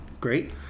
great